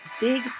big